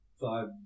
five